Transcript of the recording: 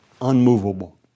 unmovable